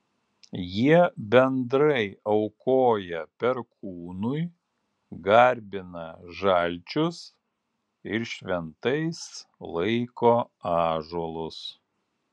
jie bendrai aukoja perkūnui garbina žalčius ir šventais laiko ąžuolus